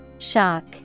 Shock